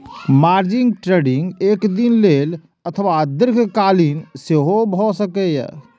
margin trading एक दिन लेल अथवा दीर्घकालीन सेहो भए सकैए